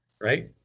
right